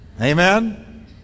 Amen